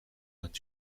vingt